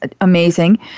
amazing